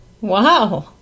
Wow